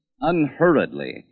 unhurriedly